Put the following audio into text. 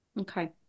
okay